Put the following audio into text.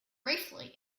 briefly